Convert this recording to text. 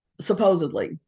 Supposedly